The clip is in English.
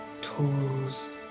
tools